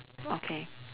okay